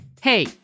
Hey